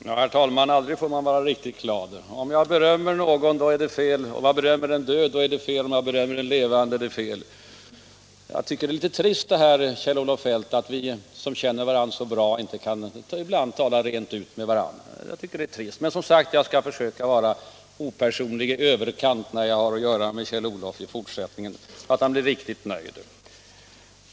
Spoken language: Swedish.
Herr talman! Aldrig får man vara riktigt glad. Om jag berömmer en död är det fel, om jag bedömer en levande är det fel. Jag tycker att det är litet trist, Kjell-Olof Feldt, att vi som känner varandra så bra inte kan tala rent ut ibland. Det är trist, men jag skall försöka att vara opersonlig i överkant när jag i fortsättningen har med Kjell-Olof att göra, så att han blir riktigt nöjd.